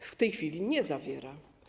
W tej chwili nie zawiera.